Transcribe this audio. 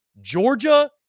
Georgia